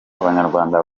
abanyarwanda